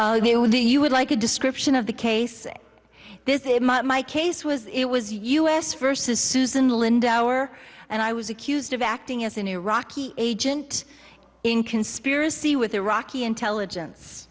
do you would like a description of the case this is my case was it was u s versus susan lindauer and i was accused of acting as an iraqi agent in conspiracy with iraqi intelligence